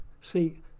see